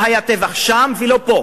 לא היה טבח שם ולא פה.